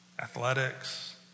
Athletics